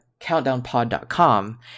Countdownpod.com